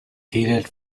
heated